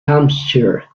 hampshire